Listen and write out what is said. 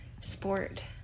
sport